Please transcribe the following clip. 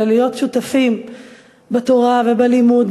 אלא להיות שותפים בתורה ובלימוד,